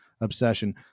obsession